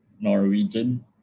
Norwegian